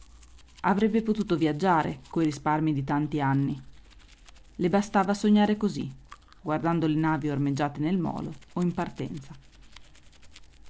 avrebbe potuto viaggiare coi risparmii di tanti anni le bastava sognare così guardando le navi ormeggiate nel molo o in partenza